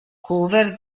cover